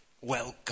welcome